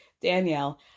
Danielle